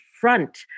front